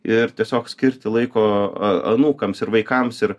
ir tiesiog skirti laiko a anūkams ir vaikams ir